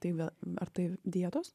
taip gal ar tai dietos